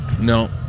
No